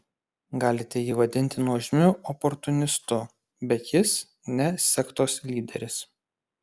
galite jį vadinti nuožmiu oportunistu bet jis ne sektos lyderis